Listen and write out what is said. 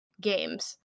games